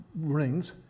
rings